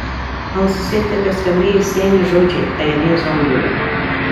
ausyse tebeskambėjo senio žodžiai tariami zombiui